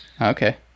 Okay